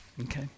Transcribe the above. Okay